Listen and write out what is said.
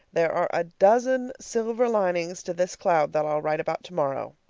there are a dozen silver linings to this cloud that i'll write about tomorrow.